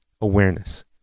awareness